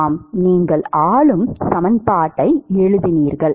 மாணவர் ஆம் நீங்கள் ஆளும் சமன்பாட்டை எழுதினீர்கள்